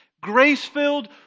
grace-filled